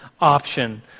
option